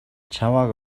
чамайг